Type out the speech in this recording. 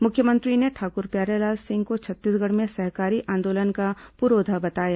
मुख्यमंत्री ने ठाकुर प्यारेलाल सिंह को छत्तीसगढ़ में सहकारी आंदोलन का पुरोधा बताया